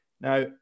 Now